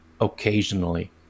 occasionally